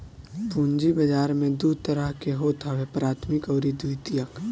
पूंजी बाजार दू तरह के होत हवे प्राथमिक अउरी द्वितीयक